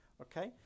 okay